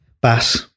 Bass